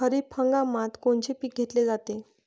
खरिप हंगामात कोनचे पिकं घेतले जाते?